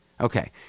Okay